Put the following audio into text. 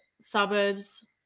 suburbs